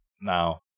now